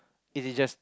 is it just